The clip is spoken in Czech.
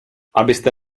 abyste